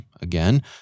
again